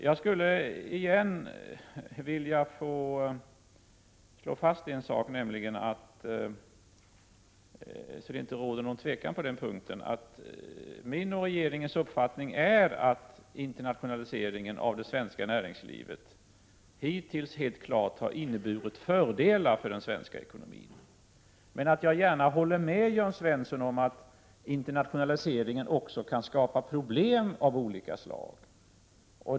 För att det inte skall råda någon tvekan på den punkten skulle jag än en gång vilja slå fast att min och regeringens uppfattning är att internationaliseringen av det svenska näringslivet hittills helt klart har inneburit fördelar för den svenska ekonomin. Jag håller emellertid gärna med Jörn Svensson om att internationalisering också kan skapa problem av olika slag.